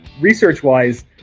research-wise